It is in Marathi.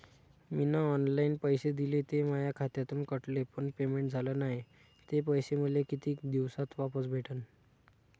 मीन ऑनलाईन पैसे दिले, ते माया खात्यातून कटले, पण पेमेंट झाल नायं, ते पैसे मले कितीक दिवसात वापस भेटन?